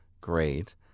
great